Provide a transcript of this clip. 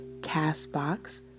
CastBox